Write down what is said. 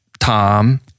Tom